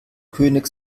könig